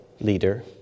leader